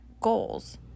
goals